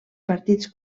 partits